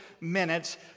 minutes